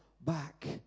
back